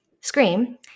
scream